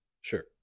Sure